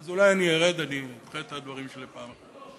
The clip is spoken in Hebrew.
אז אולי ארד, אני אדחה את הדברים שלי לפעם אחרת.